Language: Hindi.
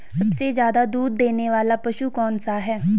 सबसे ज़्यादा दूध देने वाला पशु कौन सा है?